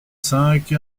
cinq